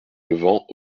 levant